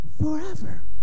forever